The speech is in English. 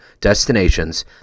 destinations